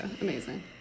amazing